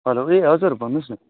hello ए हजुर भन्नुहोस् न